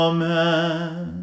Amen